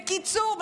בקיצור,